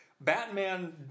Batman